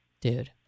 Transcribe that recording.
dude